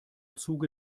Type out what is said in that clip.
zuge